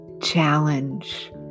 Challenge